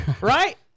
right